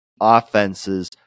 offenses